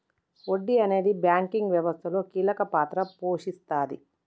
వడ్డీ అనేది బ్యాంకింగ్ వ్యవస్థలో కీలక పాత్ర పోషిస్తాది